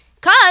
Cause